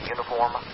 Uniform